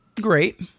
great